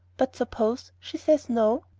but suppose she says no?